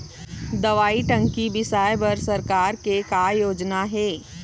दवई टंकी बिसाए बर सरकार के का योजना हे?